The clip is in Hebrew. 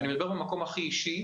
אנחנו נידון בנושא הזה,